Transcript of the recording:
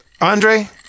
Andre